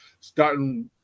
starting